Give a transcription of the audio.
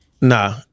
nah